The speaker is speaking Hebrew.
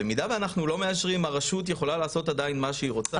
במידה ואנחנו לא מאשרים הרשות יכולה לעשות עדיין מה שהיא רוצה.